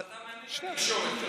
אז אתה מאמין לתקשורת כרגע?